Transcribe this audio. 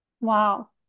Wow